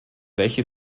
welche